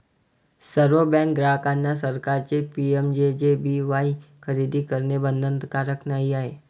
सर्व बँक ग्राहकांना सरकारचे पी.एम.जे.जे.बी.वाई खरेदी करणे बंधनकारक नाही आहे